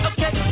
Okay